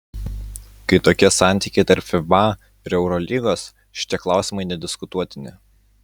kai tokie santykiai tarp fiba ir eurolygos šitie klausimai nediskutuotini